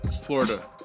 Florida